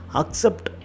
accept